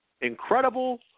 incredible